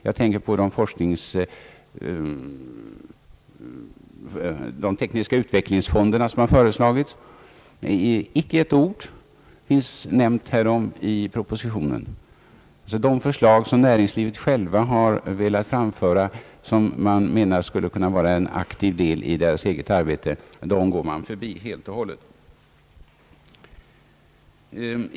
Jag tänker på de tekniska utvecklingsfonder som har föreslagits. Icke ett ord finns nämnt härom i propositionen. De förslag som näringslivet självt har velat framföra och som man menar skulle kunna vara en aktiv del av deras eget arbete har helt och hållet förbigåtts i propositionen.